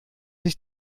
sich